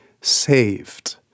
saved